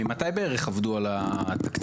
ממתי בערך עבדו על התקציב?